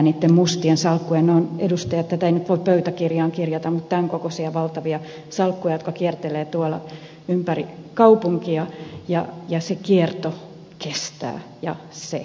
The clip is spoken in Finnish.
ne ovat edustaja tätä ei nyt voi pöytäkirjaan kirjata tämän kokoisia valtavia salkkuja jotka kiertelevät tuolla ympäri kaupunkia ja se kierto kestää ja se kestää